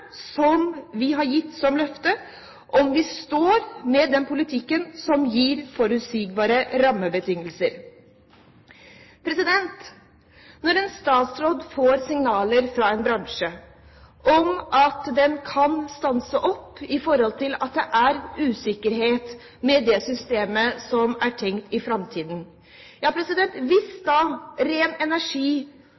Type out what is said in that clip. om vi står ved den politikken som gir forutsigbare rammebetingelser. Når en statsråd får signaler fra en bransje om at bransjen kan stanse opp fordi det er usikkerhet ved det systemet man tenker seg i framtiden – hvis ren energiutbygging er viktig, hvis